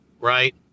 right